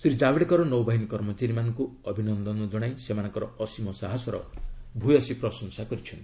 ଶ୍ରୀ ଜାବ୍ଡେକର ନୌବାହିନୀ କର୍ମଚାରୀମାନଙ୍କୁ ଅଭିନନ୍ଦନ କଣାଇ ସେମାନଙ୍କର ଅସୀମ ସାହସର ଭ୍ୟସୀ ପ୍ରଶଂସା କରିଛନ୍ତି